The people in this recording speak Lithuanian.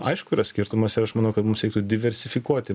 aišku yra skirtumas ir aš manau kad mums reiktų diversifikuoti